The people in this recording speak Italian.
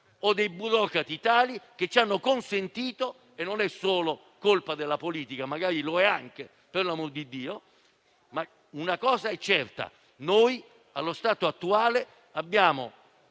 di burocrati che lo hanno consentito. E non è solo colpa della politica, o magari lo è anche, per l'amor di Dio. Una cosa è certa, allo stato attuale abbiamo